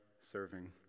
serving